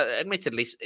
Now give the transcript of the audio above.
admittedly